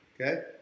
Okay